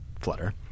Flutter